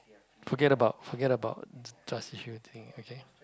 forget about forget about trust issue thing okay